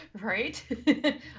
Right